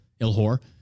Ilhor